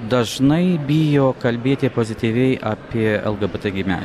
dažnai bijo kalbėti pozityviai apie lgbt gyvenimą